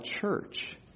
church